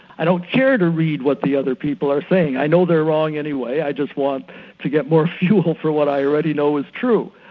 i don't care to read what the other people are saying. i know they're wrong anyway, i just want to get more fuel for what i already know is true.